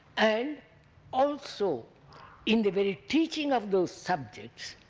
and also in the very teaching of those subjects